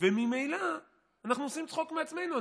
וממילא אנחנו עושים צחוק מעצמנו,